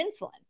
insulin